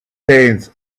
tenth